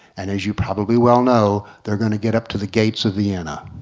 and as you probably well know they're going to get up to the gates at vienna.